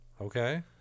Okay